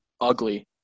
ugly